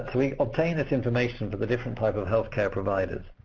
we obtain this information for the different type of health care providers,